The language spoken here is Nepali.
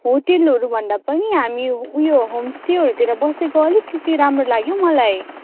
होटलहरूभन्दा पनि हामी उयो होमस्टेहरूतिर बसेको अलिकति राम्रो लाग्यो हौ मलाई